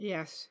Yes